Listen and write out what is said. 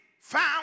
found